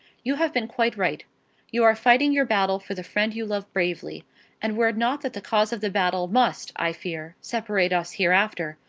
you have been quite right you are fighting your battle for the friend you love bravely and were it not that the cause of the battle must, i fear, separate us hereafter,